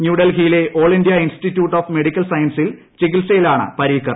ന്യൂഡൽഹിയിലെ all India institute of medical സയൻസിൽ ചികിത്സയിലാണ് പരീക്കർ